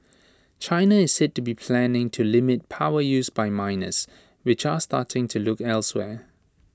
China is said to be planning to limit power use by miners which are starting to look elsewhere